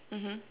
mmhmm